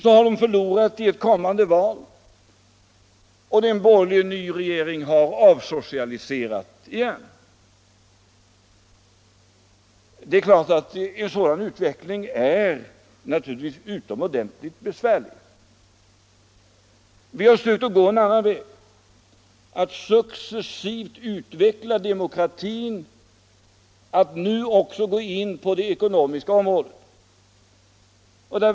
Så har de förlorat i ett senare val och en borgerlig regering har i sin tur avsocialiserat. En sådan utveckling är naturligtvis utomordentligt besvärlig. Vi har försökt att gå en annan väg: att successivt utbygga demokratin. Nu har vi också gått in på det ekonomiska området.